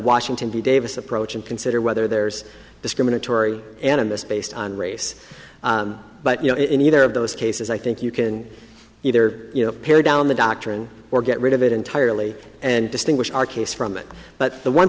washington d davis approach and consider whether there's discriminatory and in this based on race but you know in either of those cases i think you can either pare down the doctrine or get rid of it entirely and distinguish our case from it but the one